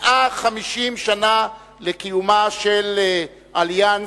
150 שנה ל"אליאנס,